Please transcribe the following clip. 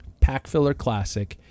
PackFillerClassic